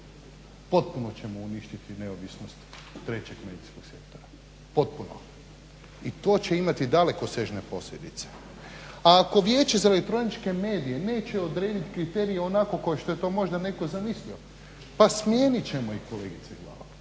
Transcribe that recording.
Potpuno ćemo uništiti neovisnost trećeg medijskog sektora, potpuno. I to će imati dalekosežne posljedice. A ako Vijeće za elektroničke medije neće odrediti kriterije onako kao što je to možda netko zamislio pa smijenit ćemo ih kolegice Glavak.